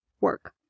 work